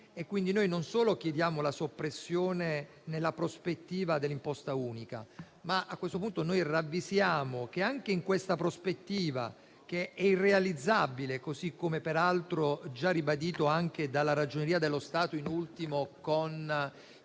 non solo chiediamo la soppressione nella prospettiva dell'imposta unica, ma ravvisiamo che anche in questa prospettiva, che è irrealizzabile - così come peraltro già ribadito anche dalla Ragioneria generale dello Stato che ha